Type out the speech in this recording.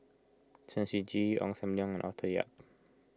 Chen Shiji Ong Sam Leong Arthur Yap